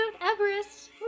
everest